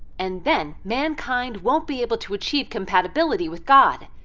and then, mankind won't be able to achieve compatibility with god.